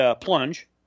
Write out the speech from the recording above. plunge